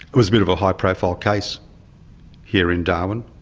was a bit of a high profile case here in darwin,